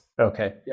Okay